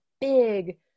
big